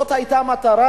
זאת היתה המטרה,